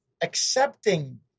accepting